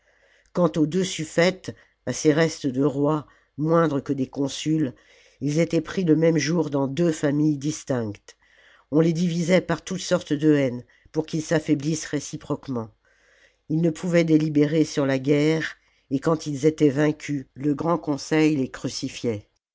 quant aux deux suffètes à ces restes de rois moindres que des consuls ils étaient pris le même jour dans deux familles distinctes on les divisait par toutes sortes de haines pour qu'ils s'affaiblissent réciproquement ils ne pouvaient délibérer sur la guerre et quand ils étaient vaincus le grand conseil les crucifiait